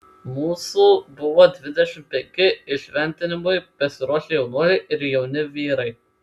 mūsų buvo dvidešimt penki įšventinimui besiruošią jaunuoliai ir jauni vyrai